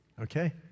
Okay